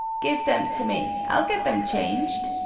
give them to me i'll get them changed.